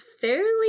fairly